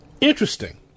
interesting